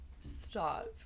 Stop